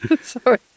Sorry